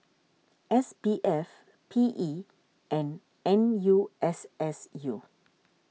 S B F P E and N U S S U